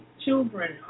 children